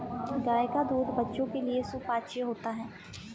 गाय का दूध बच्चों के लिए सुपाच्य होता है